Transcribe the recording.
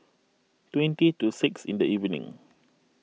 twenty to six in the evening